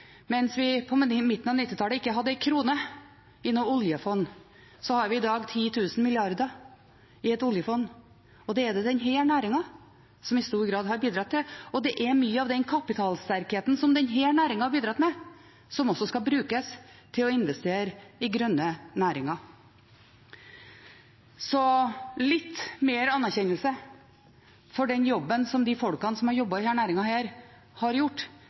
mens vi på midten av 1990-tallet ikke hadde en krone i noe oljefond, har vi i dag 10 000 milliarder i et oljefond, og det er det denne næringen som i stor grad har bidratt til. Og det er mye av den kapitalsterkheten som denne næringen har bidratt med, som også skal brukes til å investere i grønne næringer. Så litt mer anerkjennelse for den jobben som de som har jobbet i denne næringen, har gjort,